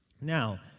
Now